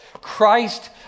Christ